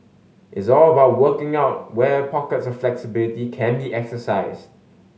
it's all about working out where pockets of flexibility can be exercised